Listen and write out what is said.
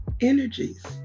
energies